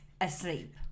asleep